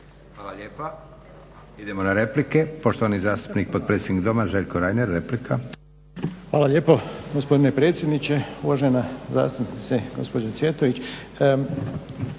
Hvala lijepa. Idemo na replike. Poštovani zastupnik potpredsjednik doma Željko Reiner, replika. **Reiner, Željko (HDZ)** Hvala lijepo gospodine predsjedniče. Uvažena zastupnice gospođo Cvjetović,